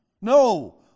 No